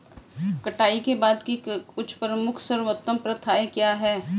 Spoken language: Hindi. कटाई के बाद की कुछ प्रमुख सर्वोत्तम प्रथाएं क्या हैं?